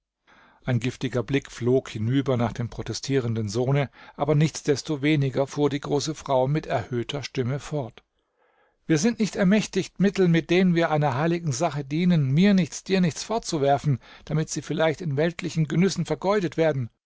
ein giftiger blick flog hinüber nach dem protestierenden sohne aber nichtsdestoweniger fuhr die große frau mit erhöhter stimme fort wir sind nicht ermächtigt mittel mit denen wir einer heiligen sache dienen mir nichts dir nichts fortzuwerfen damit sie vielleicht in weltlichen genüssen vergeudet werden